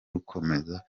rukomeza